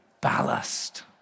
ballast